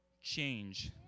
change